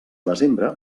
desembre